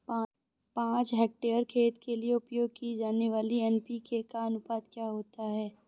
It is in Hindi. पाँच हेक्टेयर खेत के लिए उपयोग की जाने वाली एन.पी.के का अनुपात क्या होता है?